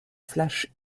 flash